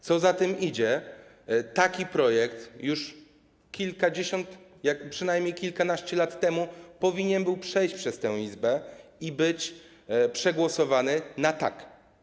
Co za tym idzie, taki projekt już kilkadziesiąt, przynajmniej kilkanaście lat temu powinien był przejść przez tę Izbę i być przegłosowany na tak.